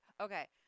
okay